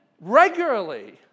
regularly